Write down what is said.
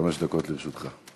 חמש דקות לרשותך.